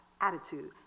attitude